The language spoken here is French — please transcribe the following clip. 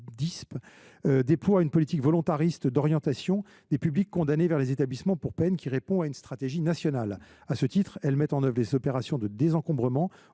(DISP) déploient une politique volontariste d’orientation des publics condamnés vers les établissements pour peine qui répond à une stratégie nationale. À ce titre, elles mettent en œuvre les opérations de désencombrement